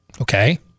okay